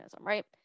right